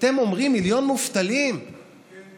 אתם אומרים "מיליון מובטלים" כן.